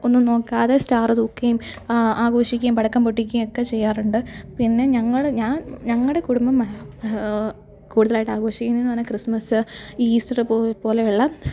ഒന്നും നോക്കാതെ സ്റ്റാർ തൂക്കുകയും ആഘോഷിക്കുകയും പടക്കം പൊട്ടിക്കുകയും ഒക്കെ ചെയ്യാറുണ്ട് പിന്നെ ഞങ്ങൾ ഞാൻ ഞങ്ങളുടെ കുടുംബം കൂടുതലായിട്ട് ആഘോഷിക്കുന്നതെന്നു പറഞ്ഞാൽ ക്രിസ്മസ് ഈസ്റ്റർ പോ പോലെയുള്ള